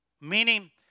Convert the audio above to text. Meaning